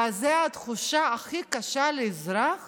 וזאת התחושה הכי קשה לאזרח